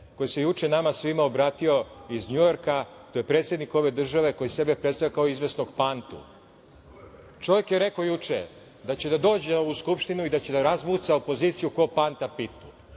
koji se juče nama svima obratio iz Njujorka, to je predsednik ove države, koji sebe predstavlja kao izvesnog Pantu. Čovek je rekao juče da će da dođe u ovu Skupštinu i da će da razbuca opoziciju kao Panta pitu.